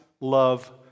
love